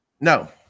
no